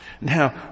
Now